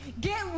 Get